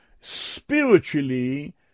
spiritually